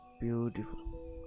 beautiful